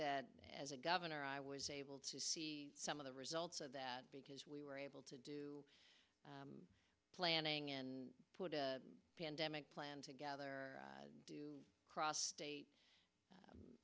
that as a governor i was able to see some of the results of that because we were able to do planning and put a pandemic plan together do cross state